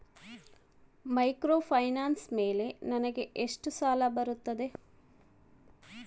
Microfinance ಮೇಲೆ ನನಗೆ ಎಷ್ಟು ಸಾಲ ಬರುತ್ತೆ?